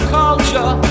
culture